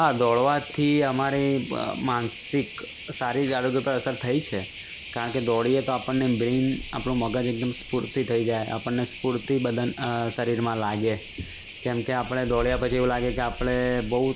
હા દોડવાથી અમારી માનસિક શારીરિક આરોગ્ય પર અસર થઈ છે કારણ કે દોડીએ તો આપણને બ્રેઇન આપણું મગજ એકદમ સ્ફૂર્તિ થઈ જાય આપણને સ્ફૂર્તિ બદન શરીરમાં લાગે કેમકે આપણે દોડયાં પછી એવું લાગે કે આપણે બહુ